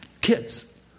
Kids